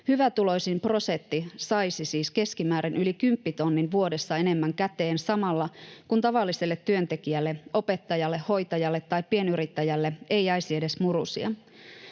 Hyvätuloisin prosentti saisi siis keskimäärin yli kymppitonnin vuodessa enemmän käteen samalla, kun tavalliselle työntekijälle — opettajalle, hoitajalle tai pienyrittäjälle — ei jäisi edes murusia.